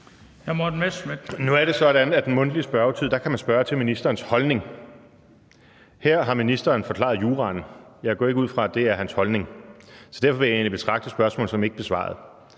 Nu er det sådan, at i den mundtlige spørgetid kan man spørge til ministerens holdning. Her har ministeren forklaret juraen, men jeg går ikke ud fra, at det er hans holdning. Så derfor vil jeg egentlig betragte spørgsmålet som ikke besvaret.